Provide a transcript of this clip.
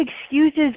excuses